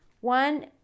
One